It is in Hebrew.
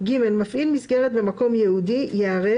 " מפעיל מסגרת במקום ייעודי ייערך,